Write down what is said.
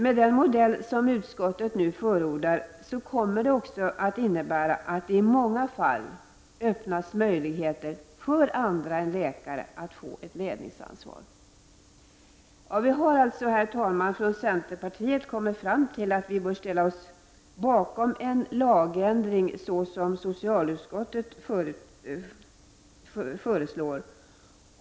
Men den modell som utskottet förordar kommer också att innebära att det i många fall öppnas möjligheter för andra än läkare att få ett ledningsansvar. Vi har alltså, herr talman, från centerpartiet kommit fram till vi bör ställa oss bakom den lagändring som socialutskottet föreslår.